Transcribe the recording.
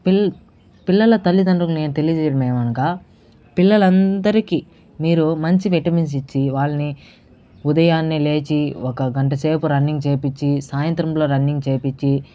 పిల్ పిల్లల తల్లిదండ్రుల్ని తెలియజేయడమేమనగా పిల్లలందరికీ మీరు మంచి విటమిన్స్ ఇచ్చి వాళ్ళని ఉదయాన్నే లేచి ఒక గంట సేపు రన్నింగ్ చేయించి సాయంత్రంలో రన్నింగ్ చేయించి